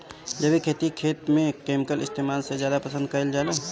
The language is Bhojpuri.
जैविक खेती खेत में केमिकल इस्तेमाल से ज्यादा पसंद कईल जाला